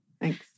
Thanks